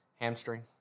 Hamstring